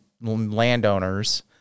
landowners